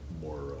more